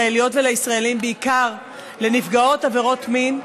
לישראליות ולישראלים, בעיקר לנפגעות עבירות מין,